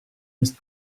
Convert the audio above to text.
his